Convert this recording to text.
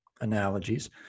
analogies